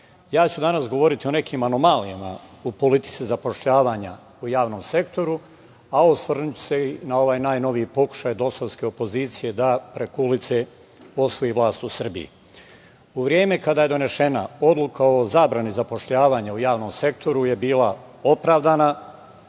ću danas govoriti o nekim anomalijama u politici zapošljavanja u javnom sektoru, a osvrnuću se i na ovaj najnoviji pokušaj DOS-ovske opozicije da preko ulice osvoji vlast u Srbiji.U vreme kada je donesena Odluka o zabrani zapošljavanja u javnom sektoru je bila opravdana,